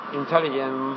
intelligent